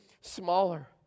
smaller